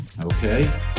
Okay